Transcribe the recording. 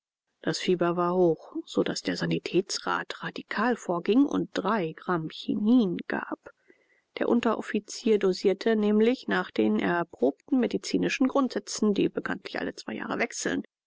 das fieber war hoch so daß der sanitätsrat radikal vorging und drei gramm chinin gab der unteroffizier dosierte nämlich nach den erprobten medizinischen grundsätzen die bekanntlich alle zwei jahre wechseln